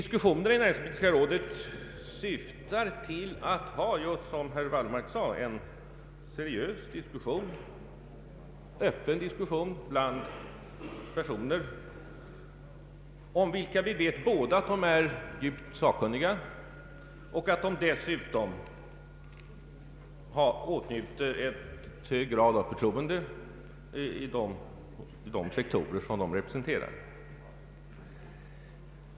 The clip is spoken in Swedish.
Syftet mea näringspolitiska rådet är just, som herr Wallmark sade, att få till stånd en seriös och öppen diskussion mellan personer, om vilka vi vet att de är djupt sakkunniga och dessutom åtnjuter en hög grad av förtroende i de sektorer som de representerar.